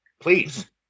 Please